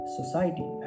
society